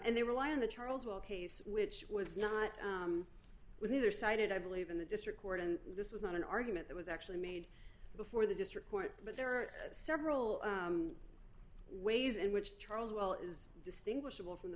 and they rely on the charles well case which was not was either cited i believe in the district court and this was not an argument that was actually made before the district court but there are several ways in which charles well is distinguishable from the